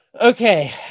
Okay